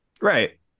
right